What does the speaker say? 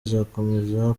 uzakomeza